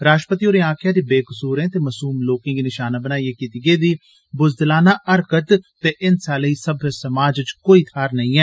राष्ट्रपति होर्रे आक्खेया जे बेकसूरे ते मासूम लोकें गी नशाना बनाइयै कीती गेदी ब्ज़लदाना हरकत ते हिंसा लेई सभ्य समाज च कोई थार नेंई ऐ